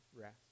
rest